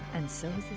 and. soon